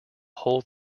whole